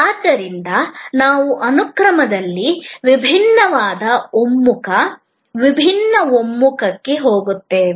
ಆದ್ದರಿಂದ ನಾವು ಅನುಕ್ರಮದಲ್ಲಿ ವಿಭಿನ್ನವಾದ ಒಮ್ಮುಖ ವಿಭಿನ್ನ ಒಮ್ಮುಖಕ್ಕೆ ಹೋಗುತ್ತೇವೆ